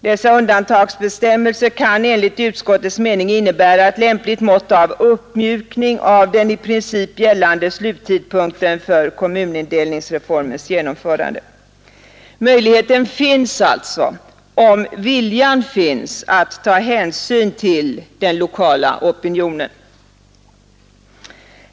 Dessa undantagsregler kan enligt utskottets mening innebära ett lämpligt mått av uppmjukning av den i princip gällande sluttidpunkten för kommunindelningsreformens genomförande.” Möjligheten finns alltså, om viljan finns, att ta hänsyn till den lokala — Nr 84 opinionen.